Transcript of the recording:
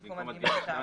במקום עד (ג)(2).